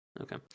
Okay